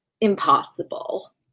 impossible